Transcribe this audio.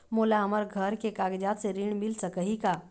मोला हमर घर के कागजात से ऋण मिल सकही का?